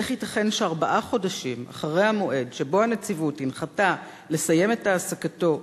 איך ייתכן שארבעה חודשים אחרי המועד שבו הנציבות הנחתה לסיים את העסקתו,